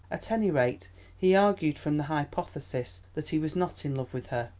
at any rate he argued from the hypothesis that he was not in love with her.